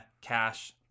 cash